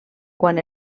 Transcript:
quan